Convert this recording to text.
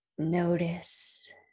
Notice